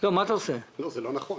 זה לא נכון.